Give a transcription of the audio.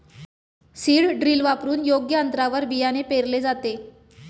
seed drill वापरून योग्य अंतरावर बियाणे पेरले जाते